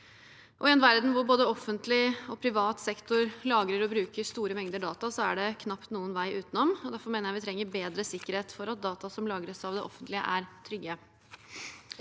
I en verden hvor både offentlig og privat sektor lagrer og bruker store mengder data, er det knapt noen vei utenom. Derfor mener jeg vi trenger bedre sikkerhet for at data som lagres av det offentlige, er trygge.